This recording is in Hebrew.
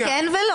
זה כן ולא.